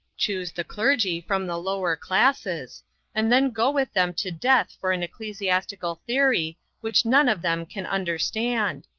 chooze the clergy from the lower classes and then go with them to death for an ecclesiastical theory which none of them can understand.